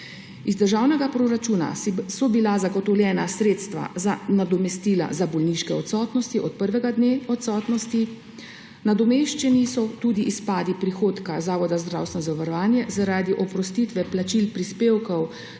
Iz državnega proračuna so bila zagotovljena sredstva za nadomestila za bolniške odsotnosti od prvega dne odsotnosti, nadomeščeni so tudi izpadi prihodka Zavoda za zdravstveno